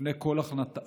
לפני כל החלטה,